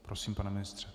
Prosím, pane ministře.